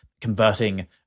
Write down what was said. converting